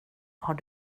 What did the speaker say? har